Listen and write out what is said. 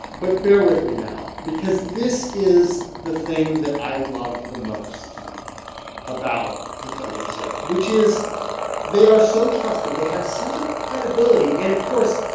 but bear with me now because this is the thing that i love the most about the federal reserve, which is they are so trusted, they have such a credibility, and, of course,